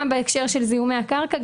גם בהקשר של זיהומי הקרקע,